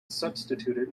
substituted